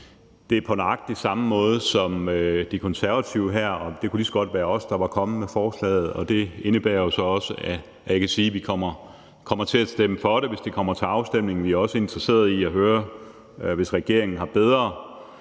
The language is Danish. på nøjagtig samme måde som De Konservative. Det kunne lige så godt have været os, der var kommet med forslaget. Det indebærer jo så også, at jeg kan sige, at vi kommer til at stemme for det, hvis det kommer til afstemning. Vi er også interesserede i at høre om det, hvis regeringen finder,